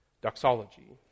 doxology